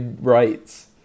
rights